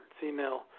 female